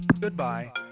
Goodbye